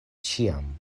ĉiam